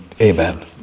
amen